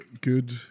good